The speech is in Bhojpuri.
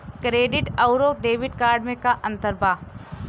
क्रेडिट अउरो डेबिट कार्ड मे का अन्तर बा?